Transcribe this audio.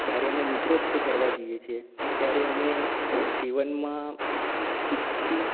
જ્યારે અમે મિત્રો સાથે ફરવા જઈએ છીએ ત્યારે અમે જીવનમાં સુખી